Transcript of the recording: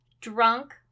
drunk